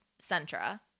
Sentra